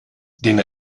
den